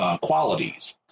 qualities